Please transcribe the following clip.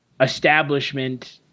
establishment